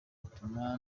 butuma